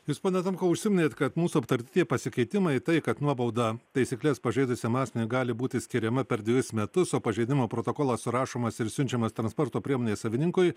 jūs pone tomkau užsiminėt kad mūsų aptarti pasikeitimai tai kad nuobauda taisykles pažeidusiam asmeniui gali būti skiriama per dvejus metus o pažeidimo protokolas surašomas ir siunčiamas transporto priemonės savininkui